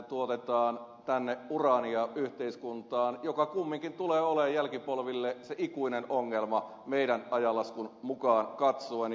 tuotetaan tänne yhteiskuntaan uraania joka kumminkin tulee olemaan jälkipolville se ikuinen ongelma meidän ajanlaskumme mukaan katsoen